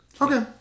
Okay